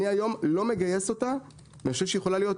אני היום לא מגייס אותה ואני חושב שהיא יכולה להיות